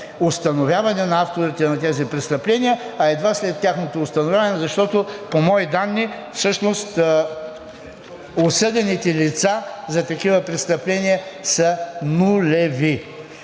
установяване на авторите на тези престъпления, а едва след тяхното установяване, защото по мои данни всъщност осъдените лица за такива престъпления са нулеви.